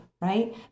Right